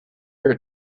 her